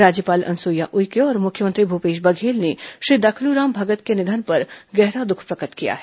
राज्यपाल अनुसुईया उइके और मुख्यमंत्री भूपेश बघेल ने श्री दखलूराम भगत के निधन पर गहरा द्ःख प्रकट किया है